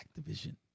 Activision